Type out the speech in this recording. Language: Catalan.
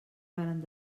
varen